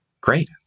Great